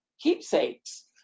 keepsakes